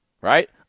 right